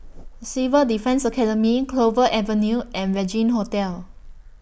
Civil Defence Academy Clover Avenue and Regin Hotel